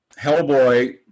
hellboy